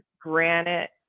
granite